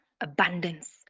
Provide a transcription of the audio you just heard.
abundance